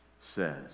says